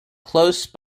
close